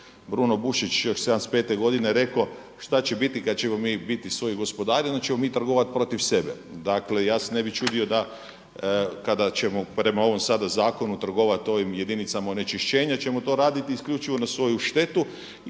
Bruno Bušić još '75 godine rekao, šta će biti kada ćemo mi biti svoji gospodari onda ćemo mi trgovati protiv sebe. Dakle ja se ne bi čudio da kada ćemo prema ovom sada zakonu trgovati ovim jedinicama onečišćenja ćemo to raditi isključivo na svoju štetu